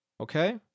okay